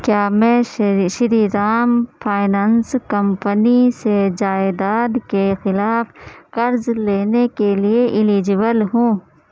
کیا میں Shri Shri Ram finance company سے جائیداد کے خلاف قرض لینے کے لیے ایلیجبل ہوں